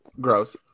gross